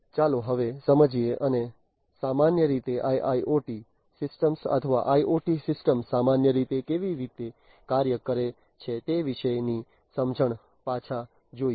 ચાલો હવે સમજીએ અને સામાન્ય રીતે IIoT સિસ્ટમ્સ અથવા IoT સિસ્ટમ સામાન્ય રીતે કેવી રીતે કાર્ય કરે છે તે વિશેની સમજણમાં પાછા જઈએ